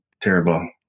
terrible